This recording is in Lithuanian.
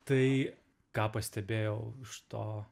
tai ką pastebėjau iš to